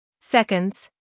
Seconds